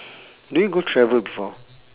do you go travel before